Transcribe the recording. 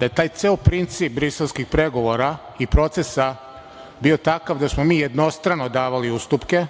da je taj ceo princip Briselskih pregovara i procesa bio takav da smo mi jednostrano davali ustupke,